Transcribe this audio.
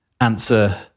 answer